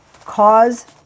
cause